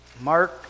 Mark